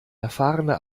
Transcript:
erfahrene